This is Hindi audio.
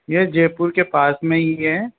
यह जयपुर के पास में ही है